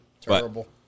Terrible